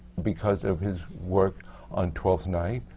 because of his work on twelfth night,